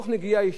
וזה החשש,